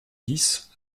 dix